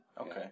Okay